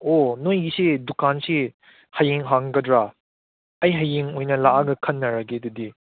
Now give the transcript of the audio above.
ꯑꯣ ꯅꯣꯏꯒꯤꯁꯤ ꯗꯨꯀꯥꯟꯁꯤ ꯍꯌꯦꯡ ꯍꯥꯡꯒꯗ꯭ꯔꯥ ꯑꯩ ꯍꯌꯦꯡ ꯑꯣꯏꯅ ꯂꯥꯛꯂꯒ ꯈꯟꯅꯔꯒꯦ ꯑꯗꯨꯗꯤ